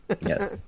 Yes